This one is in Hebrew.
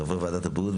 חברי ועדת הבריאות,